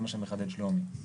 זה מה שמחדד שלומי.